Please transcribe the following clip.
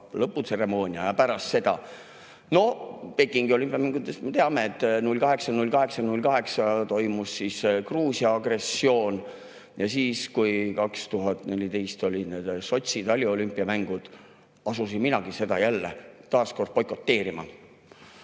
lõputseremoonia ajal või pärast seda.No Pekingi olümpiamängudest me teame, et 08.08.08 toimus Gruusia agressioon. Ja siis, kui 2014 olid Sotši taliolümpiamängud, asusin minagi seda jälle taas kord boikoteerima.